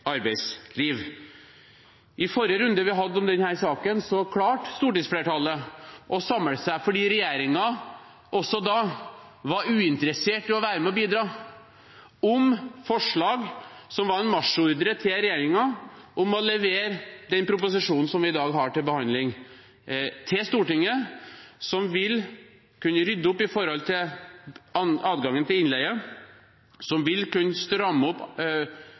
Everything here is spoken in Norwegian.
arbeidsliv. I forrige runde vi hadde om denne saken, klarte stortingsflertallet å samle seg. For også da var regjeringen uinteressert i å være med og bidra til forslag, som var en marsjordre til regjeringen om å levere den proposisjonen som vi i dag har til behandling, til Stortinget, som vil kunne rydde opp når det gjelder adgangen til innleie, som vil kunne stramme opp